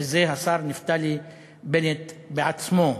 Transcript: שזה השר נפתלי בנט בעצמו.